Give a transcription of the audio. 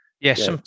yes